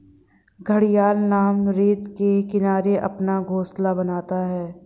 घड़ियाल नम रेत के किनारे अपना घोंसला बनाता है